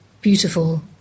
beautiful